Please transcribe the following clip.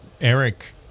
eric